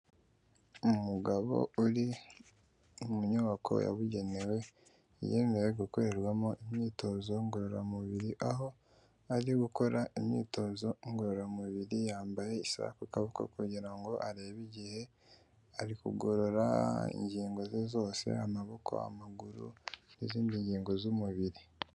Umugabo uri mu nyubako yabugenewe , yemeye gukorerwamo imyitozo ngororamubiri, aho ari gukora imyitozo ngororamubiri, yambaye isaha ku akaboko kugira ngo arebe igihe ari kugorora, ingingo ze zose amaboko, amaguru n'izindi ngingo z'umubiri.